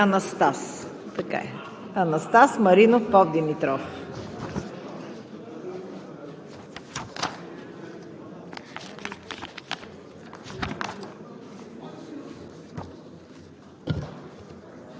Анастас Маринов Попдимитров